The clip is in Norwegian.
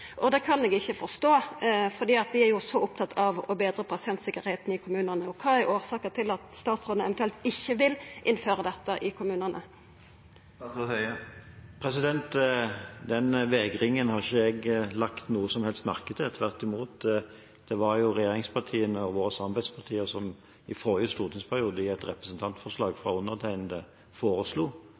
dette. Det kan eg ikkje forstå, for vi er jo så opptatt av å betra pasientsikkerheita i kommunane. Kva er årsaka til at statsråden eventuelt ikkje vil innføra dette i kommunane? Den vegringen har ikke jeg lagt noe som helst merke til. Tvert imot, det var jo regjeringspartiene og våre samarbeidspartier som i forrige stortingsperiode i et representantforslag fra undertegnede foreslo